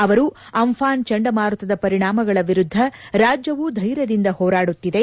ಅವರು ಅಂಫಾನ್ ಚಂಡಮಾರುತದ ಪರಿಣಾಮಗಳ ವಿರುದ್ದ ರಾಜ್ಯವು ಧೈರ್ಯದಿಂದ ಹೋರಾಡುತ್ತಿದೆ